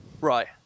Right